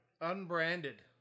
Unbranded